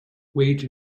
wage